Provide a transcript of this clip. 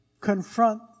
confront